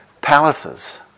palaces